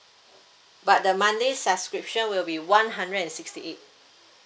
but the monthly subscription will be one hundred and sixty eight